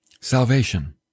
salvation